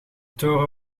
toren